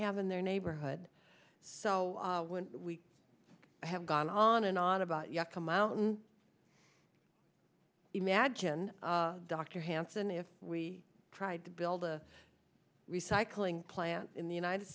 have in their neighborhood so when we have gone on and on about yucca mountain imagine dr hansen if we tried to build a recycling plant in the united